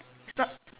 it's not